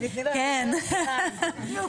ח"כ עלי סלאלחה בבקשה.